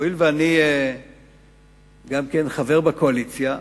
הואיל ואני חבר קואליציה,